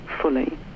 fully